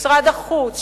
משרד החוץ,